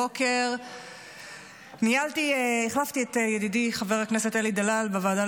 הבוקר החלפתי את ידידי חבר הכנסת אלי דלאל בוועדה